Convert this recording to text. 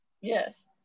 Yes